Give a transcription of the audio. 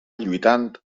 lluitant